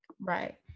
Right